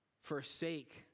forsake